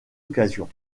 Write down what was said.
occasion